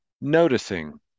noticing